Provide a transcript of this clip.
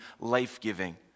life-giving